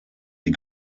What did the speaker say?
die